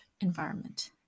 environment